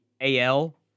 AL